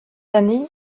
années